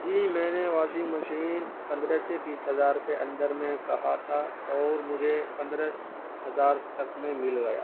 جی میں نے washing machine پندرہ سے بیس ہزار کے اندر میں کہا تھا اور مجھے پندرہ ہزار تک میں مل گیا